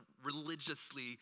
Religiously